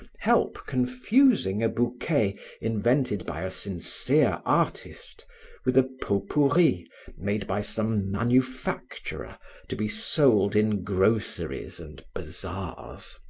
help confusing a bouquet invented by a sincere artist with a pot pourri made by some manufacturer to be sold in groceries and bazaars.